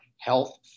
health